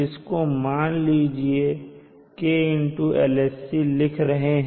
इसको मान लीजिए k LSC लिख रहे हैं